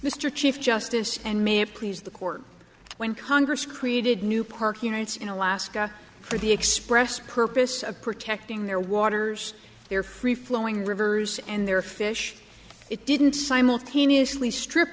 mr chief justice and may it please the court when congress created new park units in alaska for the express purpose of protecting their waters their free flowing rivers and their fish it didn't simultaneously strip